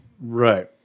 Right